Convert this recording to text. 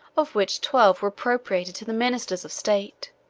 of which twelve were appropriated to the ministers of state